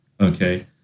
Okay